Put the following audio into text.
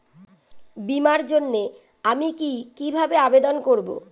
বিমার জন্য আমি কি কিভাবে আবেদন করব?